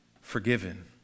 forgiven